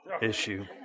issue